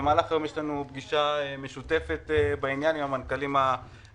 במהלך היום יש לנו פגישה משותפת בעניין עם המנכ"לים הרלוונטיים.